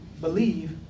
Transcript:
believe